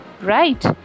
Right